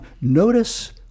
notice